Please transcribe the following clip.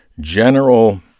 general